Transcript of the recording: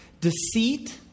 deceit